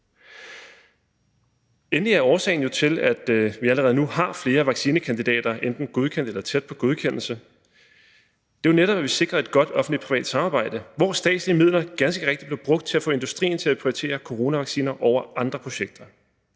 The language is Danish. Endelig er årsagen til, at vi allerede nu har flere vaccinekandidater, som enten er godkendt eller tæt på godkendelse, jo netop, at vi sikrer et godt offentlig-privat samarbejde, hvor statslige midler ganske rigtigt er blevet brugt til at få industrien til at prioritere coronavacciner over andre projekter.